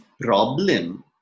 problem